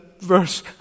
verse